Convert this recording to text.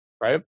right